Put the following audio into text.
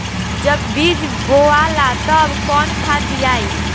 जब बीज बोवाला तब कौन खाद दियाई?